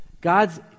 God's